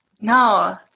No